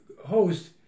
host